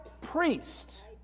priest